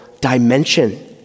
dimension